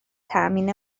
تأمین